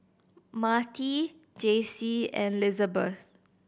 Marti Jaycie and Lizabeth